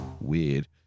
Weird